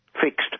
fixed